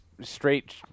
straight –